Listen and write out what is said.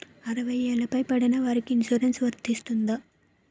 అరవై ఏళ్లు పై పడిన వారికి ఇన్సురెన్స్ వర్తిస్తుందా?